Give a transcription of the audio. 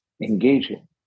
engaging